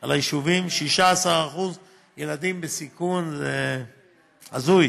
על היישובים, 16% ילדים בסיכון זה הזוי.